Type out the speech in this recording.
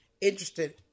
interested